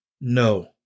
No